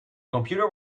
computer